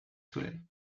solaires